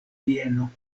vieno